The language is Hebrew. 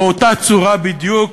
באותה צורה בדיוק,